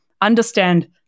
understand